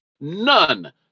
None